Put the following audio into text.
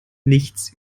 nichts